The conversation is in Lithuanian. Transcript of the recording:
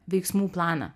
veiksmų planą